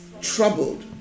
troubled